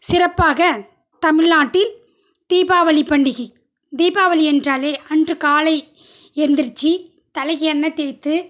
சிறப்பாக தமிழ்நாட்டில் தீபாவளி பண்டிகை தீபாவளி என்றாலே அன்று காலை எழுந்திரிச்சி தலைக்கு எண்ணெ தேய்த்து